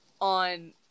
on